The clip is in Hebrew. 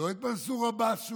לא את מנסור עבאס,